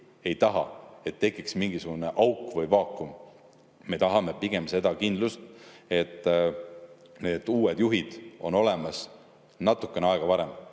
ei taha, et tekiks mingisugune auk või vaakum. Me tahame pigem kindlust, et need uued juhid on olemas veidi varem,